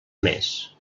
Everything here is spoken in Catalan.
més